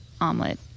omelet